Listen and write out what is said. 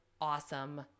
awesome